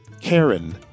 Karen